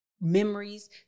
memories